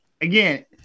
again